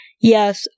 Yes